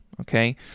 okay